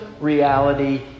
reality